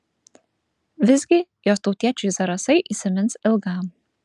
visgi jos tautiečiui zarasai įsimins ilgam